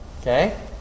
Okay